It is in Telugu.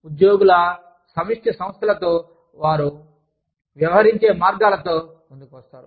ఉద్యోగుల సమిష్టి సంస్థలతో వారు వ్యవహరించే మార్గాలతో ముందుకు వస్తారు